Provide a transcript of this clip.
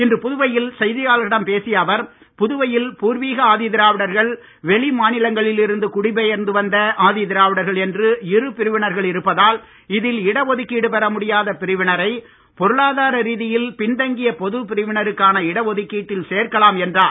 இன்று புதுவையில் செய்தியாளர்களிடம் பேசிய அவர் புதுவையில் பூர்வீக ஆதிதிராவிடர்கள் வெளி மாநிலங்களில் இருந்து குடிபெயர்ந்து வந்த ஆதி திராவிடர்கள் என்று இரு பிரிவினர்கள் இருப்பதால் இதில் இட ஒதுக்கீடு பெற முடியாத பிரிவினரை பொருளாதார ரீதியில் பின்தங்கிய பொதுப் பிரிவினருக்கான இட ஒதுக்கீட்டில் சேர்க்கலாம் என்றார்